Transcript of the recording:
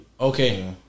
okay